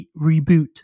reboot